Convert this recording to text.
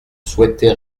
souhaitais